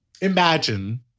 Imagine